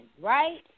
right